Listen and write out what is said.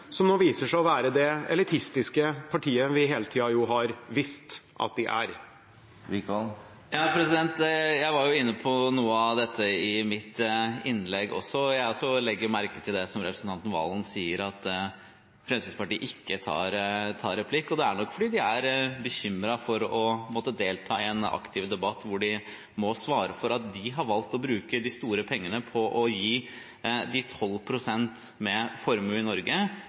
som nå viser seg å være det elitistiske partiet vi hele tiden har visst at det er? Jeg var inne på noe av dette i mitt innlegg, og jeg legger også merke til det som representanten Valen sier, at Fremskrittspartiet ikke tar replikk. Det er nok fordi de er bekymret for å måtte delta i en aktiv debatt hvor de må svare for at de har valgt å bruke de store pengene på å gi de 12 pst. med formuesskatt i Norge,